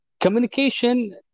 communication